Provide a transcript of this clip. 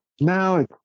Now